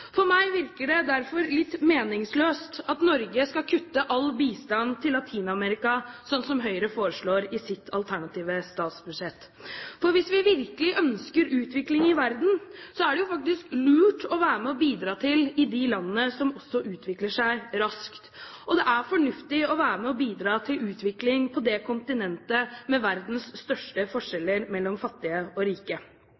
For meg virker det derfor litt meningsløst at Norge skal kutte all bistand til Latin-Amerika, noe Høyre foreslår i sitt alternative statsbudsjett. Hvis vi virkelig ønsker utvikling i verden, er det lurt å være med og bidra i de landene som utvikler seg raskt. Og det er fornuftig å være med og bidra til utvikling på det kontinentet som har verdens største